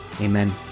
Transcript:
amen